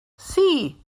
see